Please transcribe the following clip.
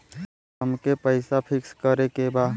अमके पैसा फिक्स करे के बा?